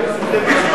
קיימת.